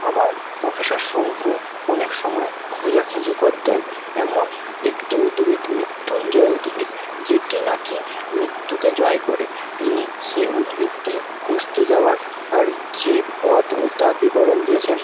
আবার প্রফেসার শঙ্কু অনেক সময় খোঁজাখুঁজি করতেন এমন একটি উদ্ভিদ মৃত্যুঞ্জয় উদ্ভিদ যেটি নাকি মৃত্যুকে জয় করে তিনি সে উদ্ভিদটি খুঁজতে যাওয়ার যে পথ তা বিবরণ দিয়েছেন